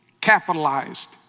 capitalized